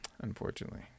unfortunately